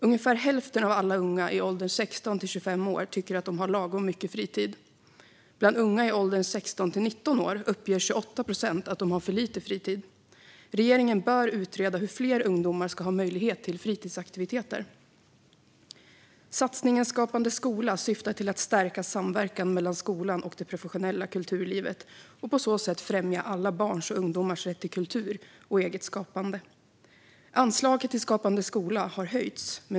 Ungefär hälften av alla unga i åldern 16-25 år tycker att de har lagom mycket fritid. Bland unga i åldern 16-19 år uppger 28 procent att de har för lite fritid. Regeringen bör utreda hur fler ungdomar ska ha möjlighet till fritidsaktiviteter. Satsningen Skapande skola syftar till att stärka samverkan mellan skolan och det professionella kulturlivet och på så sätt främja alla barns och ungdomars rätt till kultur och eget skapande. Anslaget till Skapande skola har höjts.